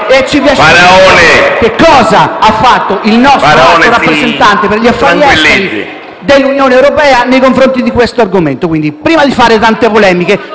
capire cosa ha fatto il nostro alto rappresentante per gli affari esteri nell'Unione europea nei confronti di questo argomento. Prima di fare tante polemiche,